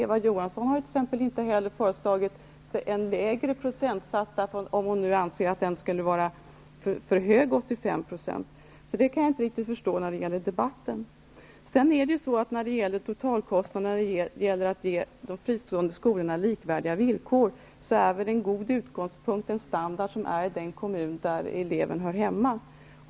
Eva Johansson har t.ex. inte föreslagit en lägre procentsats, om hon nu anser att den skulle vara för hög med 85 %. Så jag kan inte förstå påståendet när det gäller debatten. I fråga om totalkostnaden gäller det att ge de fristående skolorna likvärdiga villkor. Då är en god utgångspunkt den standard som finns i den kommun där eleven hör hemma.